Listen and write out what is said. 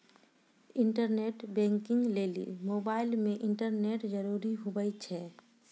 internet banking लेली mobile मे internet जरूरी हुवै छै